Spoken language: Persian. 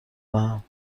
دهم